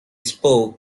spoke